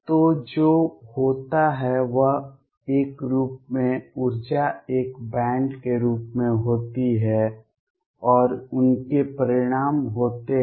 तो जो होता है वह एक रूप है ऊर्जा एक बैंड के रूप में होती है और उनके परिणाम होते हैं